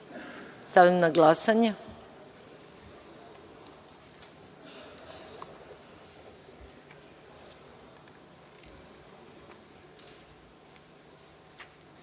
Stavljam na glasanje